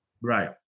Right